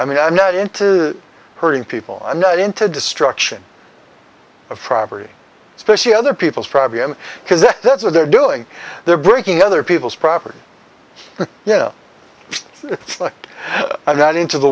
i mean i'm not into hurting people i'm not into destruction of property especially other people's private m because that's what they're doing they're breaking other people's property yeah it's like i'm not into the